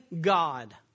God